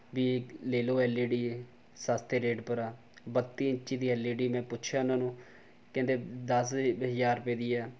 B ਲੈ ਲਓ L E D ਸਸਤੇ ਰੇਟ ਪਰ ਆ ਬੱਤੀ ਇੰਚੀ ਦੀ ਐੱਲ ਈ ਡੀ ਮੈਂ ਪੁੱਛਿਆ ਉਨ੍ਹਾਂ ਨੂੰ ਕਹਿੰਦੇ ਦਸ ਹਜ਼ਾਰ ਰੁਪਏ ਦੀ ਹੈ